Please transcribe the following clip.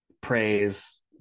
praise